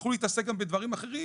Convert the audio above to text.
שיכלו להתעסק גם בדברים אחרים,